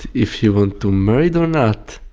if she want to married or not.